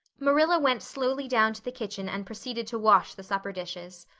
marilla went slowly down to the kitchen and proceeded to wash the supper dishes.